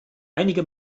einige